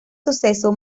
suceso